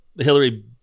hillary